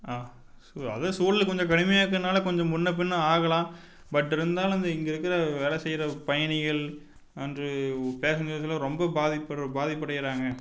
ஆ அது சூழலு கொஞ்சம் கடுமையாக இருக்கறனால கொஞ்சம் முன்னே பின்னே ஆகலாம் பட் இருந்தாலும் அது இங்கே இருக்கிற வேலை செய்கிற பயணிகள் அண்டு பேசஞ்சர்ஸ்லாம் ரொம்ப பாதிப்பு பாதிப்படையறாங்க